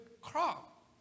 crop